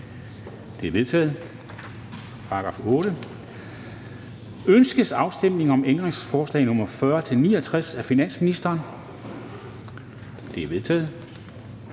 Det er forkastet. Ønskes afstemning om ændringsforslag nr. 547 og 548 af finansministeren? De er vedtaget.